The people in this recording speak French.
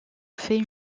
fait